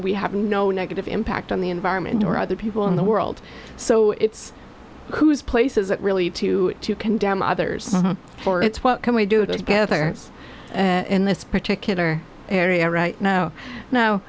we have no negative impact on the environment or other people in the world so it's whose place is it really to to condemn others for it's what can we do together and in this particular area right now now